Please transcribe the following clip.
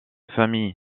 famille